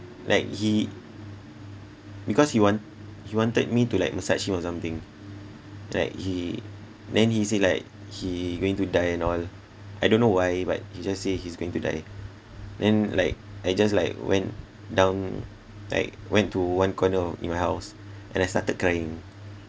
like he because he want he wanted me to like massage him or something like he then he say like he going to die and all I don't know why but he just say he's going to die then like I just like went down like went to one corner in my house and I started crying